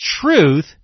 truth